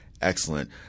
Excellent